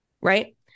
Right